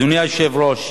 אדוני היושב-ראש,